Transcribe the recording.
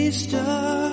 star